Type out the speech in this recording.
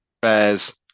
Bears